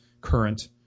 current